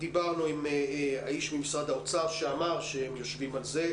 עם האיש ממשרד האוצר שאמר שהם יושבים על זה.